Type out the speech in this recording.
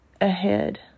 ahead